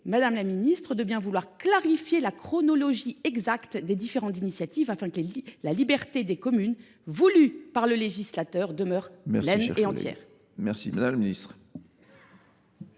vous saurai gré de bien vouloir clarifier la chronologie exacte des différentes initiatives, afin que la liberté des communes, voulue par le législateur, demeure pleine et entière. La parole est à Mme la ministre